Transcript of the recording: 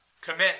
Commit